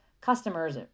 customers